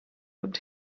would